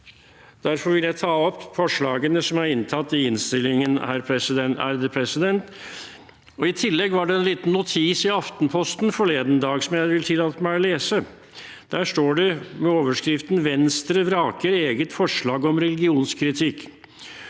Derfor vil jeg ta opp forslaget som er inntatt i innstillingen. I tillegg var det en liten notis i Aftenposten forleden dag som jeg vil tillate meg å lese. Der står det, under overskriften «Venstre vraker eget forslag om religionskritikk»: